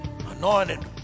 anointed